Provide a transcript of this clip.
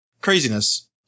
Craziness